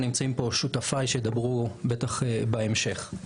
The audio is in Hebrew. נמצאים פה שותפיי שידברו בטח בהמשך.